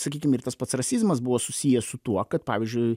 sakykim ir tas pats rasizmas buvo susijęs su tuo kad pavyzdžiui